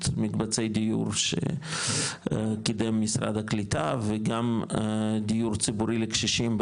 מקבצי דיור שקידם משרד הקליטה וגם הדיור ציבורי לקשישים,